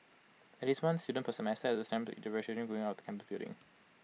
at least one student per semester has attempted to eat the vegetation growing out of campus building